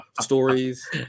stories